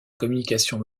communications